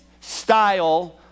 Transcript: style